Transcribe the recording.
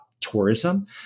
tourism